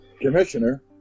commissioner